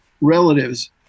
relatives